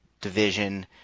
division